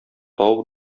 тау